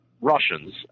Russians